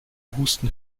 husten